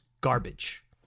garbage